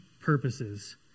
purposes